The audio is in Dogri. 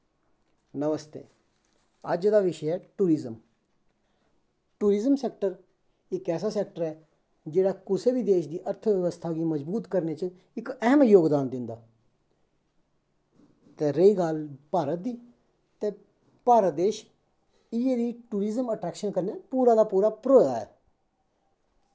नमस्ते अज्ज दा बिशे ऐ टूरिज़म टूरिज़म सैक्टर इक ऐसा सैक्टर ऐ जेह्ड़ा कुसै बी देश दे अर्थव्यस्था गी मज़बूत करने च इक ऐह्म जोगदान दिंदा ते रेही गल्ल भारत दी ते भारत देश इ'यै जेह् टूरिज़म अट्रैक्शन कन्नै पूरे दा पूरा भरोए दा ऐ